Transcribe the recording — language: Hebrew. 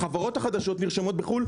החברות החדשות נרשמות בחו"ל.